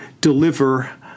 deliver